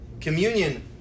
Communion